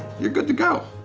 you're good to go.